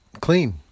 clean